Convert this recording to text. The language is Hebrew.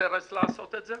אינטרס לעשות את זה,